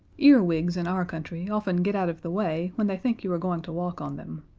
earwigs in our country often get out of the way when they think you are going to walk on them.